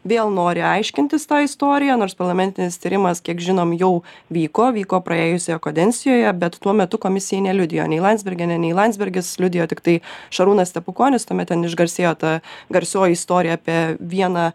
vėl nori aiškintis tą istoriją nors parlamentinis tyrimas kiek žinom jau vyko vyko praėjusioje kadencijoje bet tuo metu komisijai neliudijo nei landsbergienė nei landsbergis liudijo tiktai šarūnas stepukonis tuomet ten išgarsėjo ta garsioji istorija apie vieną